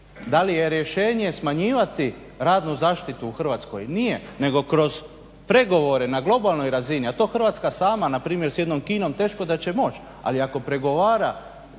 Da li je rješenje smanjivati radnu zaštitu u Hrvatskoj? Nije, nego kroz pregovore na globalnoj razini, a to Hrvatska sama npr. s jednom Kinom teško da će moći, ali ako pregovara